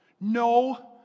no